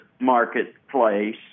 marketplace